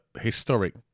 historic